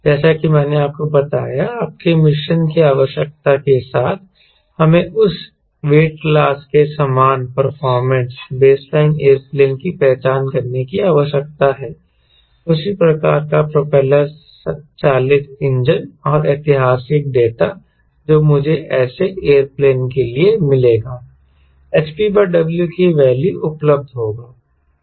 जैसा कि मैंने आपको बताया आपके मिशन की आवश्यकता के साथ हमें उस वेट क्लास के समान परफॉर्मेंस बेसलाइन एयरप्लेन की पहचान करने की आवश्यकता है उसी प्रकार का प्रोपेलर चालित इंजन और ऐतिहासिक डेटा जो मुझे ऐसे एयरप्लेन के लिए मिलेगा hp W की वैल्यू उपलब्ध होगा